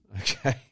Okay